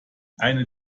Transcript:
eine